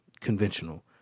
conventional